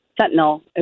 sentinel